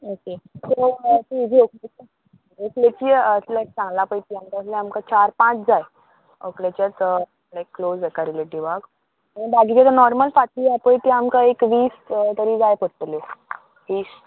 okay so ती येज्यो व्हंकलेची सांगला पळय ती असले आमकां चार पांच जाय ओकलेच्याेच लायक क्लोज हेका रिलेटिवाक बाकीचे ते नॉर्मल फाटी या पळय ती आमकां एक वीस तरी जाय पडटली वीस